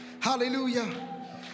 hallelujah